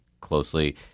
closely